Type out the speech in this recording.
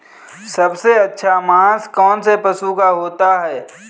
सबसे अच्छा मांस कौनसे पशु का होता है?